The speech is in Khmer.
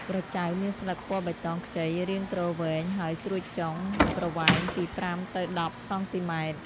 ក្រចៅ មានស្លឹកពណ៌បៃតងខ្ចី រាងទ្រវែង ហើយស្រួចចុង ប្រវែងពី ៥ ទៅ ១០ សងទីម៉ែត្រ។